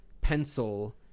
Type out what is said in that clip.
pencil